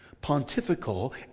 pontifical